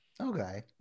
Okay